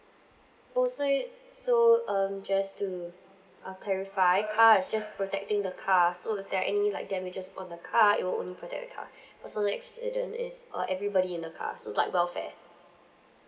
oh so it so um just to uh clarify car is just protecting the car so if there any like damages on the car it will only protect the car personal accident is uh everybody in the car so it's like welfare